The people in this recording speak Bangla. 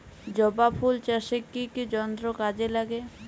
জবা ফুল চাষে কি কি যন্ত্র কাজে লাগে?